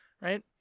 right